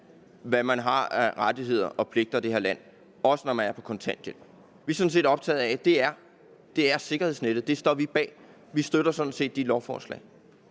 hvad man har af rettigheder og pligter i det her land, også når man er på kontanthjælp. Vi er sådan set optaget af, at det er sikkerhedsnettet, og det står vi bag. Vi støtter de lovforslag.